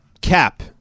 Cap